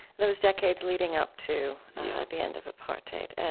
those decades leading up to the end of apartheid,